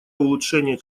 улучшения